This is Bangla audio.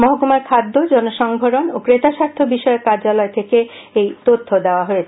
মহকুমার খাদ্য জনসংভরণ ও ক্রেতাস্বার্থ বিষয়ক কার্যালয় থেকে এই তথ্য দেওয়া হয়েছে